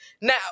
Now